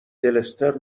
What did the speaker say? دلستر